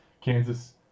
Kansas